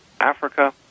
Africa